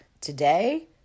Today